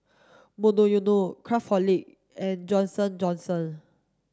Monoyono Craftholic and Johnson Johnson